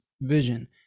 vision